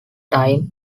time